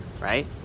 right